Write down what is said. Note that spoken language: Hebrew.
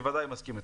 בוודאי מסכים איתכם.